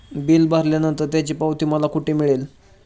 Bill भरल्यानंतर त्याची पावती मला कुठे मिळेल?